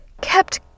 kept